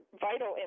vital